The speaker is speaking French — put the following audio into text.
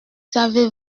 savez